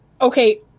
okay